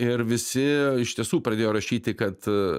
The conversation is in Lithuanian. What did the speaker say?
ir visi iš tiesų pradėjo rašyti kad